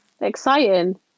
Exciting